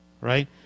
right